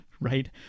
right